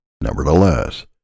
Nevertheless